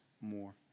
more